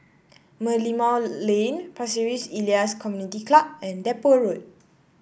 Merlimau Lane Pasir Ris Elias Community Club and Depot Road